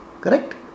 Correct